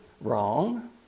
Wrong